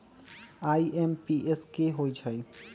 IMPS की होईछइ?